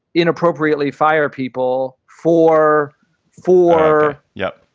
inappropriately fire people for four yeah